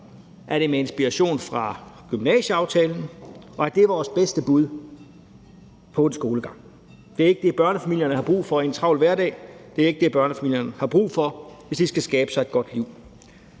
Er det med inspiration fra gymnasieaftalen, og er det vores bedste bud på en skolegang? Det er ikke det, børnefamilierne har brug for i en travl hverdag, det er ikke det, børnefamilierne har brug for, hvis de skal skabe sig et godt liv.